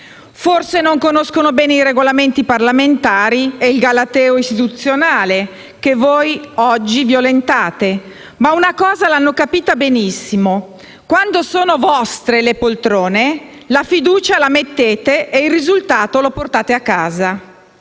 Forse non conoscono bene i Regolamenti parlamentari e il galateo istituzionale che voi oggi violentate, ma una cosa l'hanno capita benissimo: quando le poltrone sono le vostre, la fiducia la mettete e il risultato lo portate a casa.